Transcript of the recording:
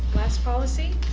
last policy.